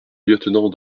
lieutenant